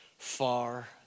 far